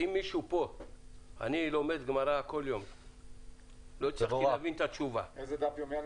לא הצלחתי להבין את התשובה.